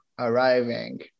arriving